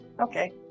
Okay